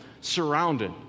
surrounded